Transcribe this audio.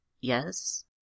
yes